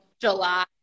July